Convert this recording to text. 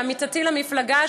עמיתתי למפלגה,